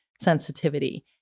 sensitivity